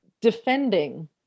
defending